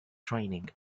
training